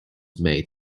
made